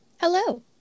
Hello